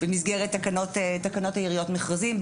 העיריות מכרזים,